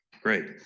great